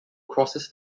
crosses